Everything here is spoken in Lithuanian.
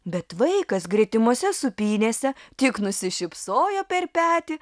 bet vaikas gretimose sūpynėse tik nusišypsojo per petį